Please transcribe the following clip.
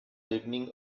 beginning